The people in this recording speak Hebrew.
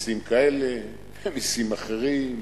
מסים כאלה, מסים אחרים,